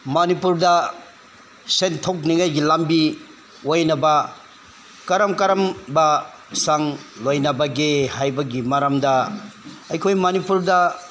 ꯃꯅꯤꯄꯨꯔꯗ ꯁꯦꯟ ꯊꯣꯛꯅꯤꯡꯉꯥꯏꯒꯤ ꯂꯝꯕꯤ ꯑꯣꯏꯅꯕ ꯀꯔꯝ ꯀꯔꯝꯕꯁꯤꯡ ꯂꯣꯏꯅꯕꯒꯦ ꯍꯥꯏꯕꯒꯤ ꯃꯔꯝꯗ ꯑꯩꯈꯣꯏ ꯃꯅꯤꯄꯨꯔꯗ